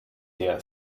der